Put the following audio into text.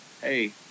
hey